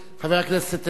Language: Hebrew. חבר הכנסת אלדד,